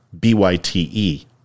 B-Y-T-E